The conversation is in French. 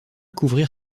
couvrir